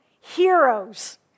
heroes